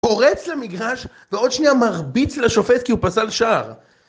פורץ למגרש ועוד שניה מרביץ לשופט כי הוא פסל שער.